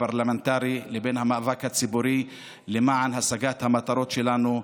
הפרלמנטרי לבין המאבק הציבורי למען השגת המטרות שלנו: